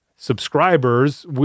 subscribers